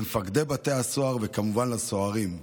למפקדי בתי הסוהר, וכמובן לסוהרים.